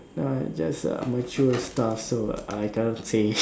no just uh mature stuff so I can't say